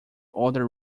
other